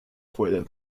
quelle